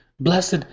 blessed